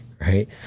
right